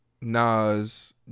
Nas